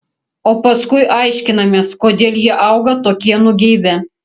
o paskui aiškinamės kodėl jie auga tokie nugeibę